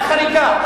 את חריגה,